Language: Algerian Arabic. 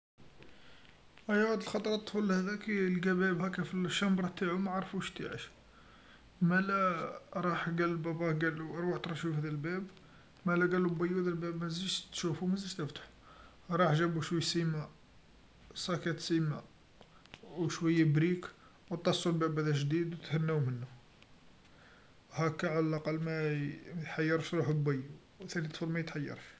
أيا وحد الخطرا الطفل هذاكي يلقى باب هاكا في الشمبرا نتاعو معرفوش تاعش، مالا راح قال الباباه ألواح تروح شوف هذا الباب، مالا قالو بيو هذا الباب متزيتش تشوفو و متزيتش تفتحو، راحو جابو شويا سيما صاكات سيما و شويا بريك و اتصو الباب هذا جديد و تهناو منو، هاكا على الأقل ما ما يحيرش روحو بيو ثاني طفل ما يتحيرش.